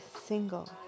single